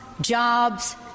jobs